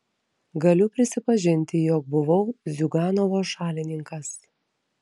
galiu prisipažinti jog buvau ziuganovo šalininkas